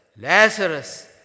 Lazarus